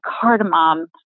cardamom